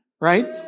right